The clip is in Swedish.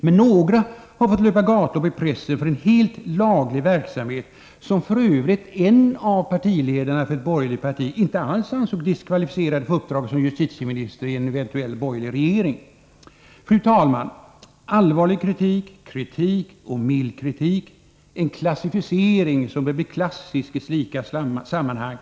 Men några har fått löpa gatlopp i pressen för en helt laglig verksamhet, som f. ö. en partiledare för ett av de borgerliga partierna inte alls ansåg diskvalificerande för uppdraget som justitieminister i en eventuell borgerlig regering. Fru talman! Allvarlig kritik, kritik och mild kritik — det är en klassificering som bör bli klassisk i slika sammanhang.